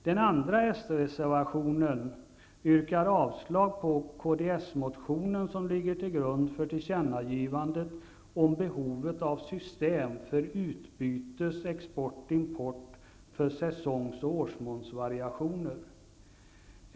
Den andra s-reservationen yrkar avslag på kdsmotionen som ligger till grund för tillkännagivandet om behovet av system för utbytes export/import för säsongs och årsmånsvariationer.